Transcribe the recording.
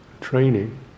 training